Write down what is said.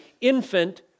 infant